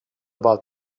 about